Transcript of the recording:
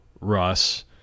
russ